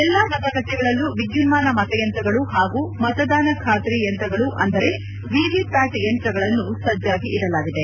ಎಲ್ಲಾ ಮತಗಟ್ಟಿಗಳಲ್ಲೂ ವಿದ್ದುನ್ನಾನ ಮತಯಂತ್ರಗಳು ಹಾಗೂ ಮತದಾನ ಖಾತರಿ ಯಂತ್ರಗಳು ಅಂದರೆ ವಿವಿ ಪ್ಚಾಟ್ ಯಂತ್ರಗಳನ್ನು ಸಜ್ಜಾಗಿ ಇಡಲಾಗಿದೆ